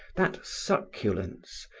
that succulence,